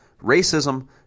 racism